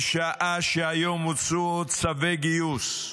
בשעה שהיום הוצאו צווי גיוס.